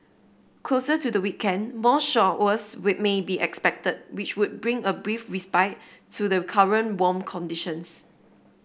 closer to the weekend more showers may be expected which would bring a brief respite to the current warm conditions